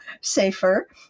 safer